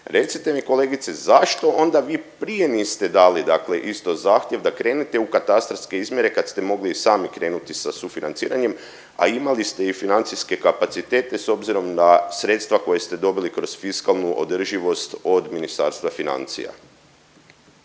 Recite mi kolegice zašto onda vi prije niste dali dakle isto zahtjev da krenete u katastarske izmjere kad ste mogli i sami krenuti sa sufinanciranjem, a imali ste i financijske kapacitete s obzirom na sredstva koje ste dobili kroz fiskalnu održivost od Ministarstva financija.